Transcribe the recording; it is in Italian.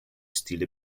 stile